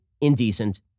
indecent